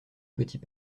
petit